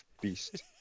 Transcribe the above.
beast